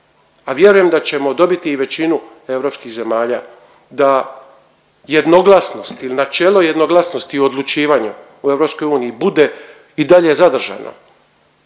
a vjerujem da ćemo dobiti i većinu EU zemalja da jednoglasnost ili načelo jednoglasnosti u odlučivanju u EU bude i dalje zadržano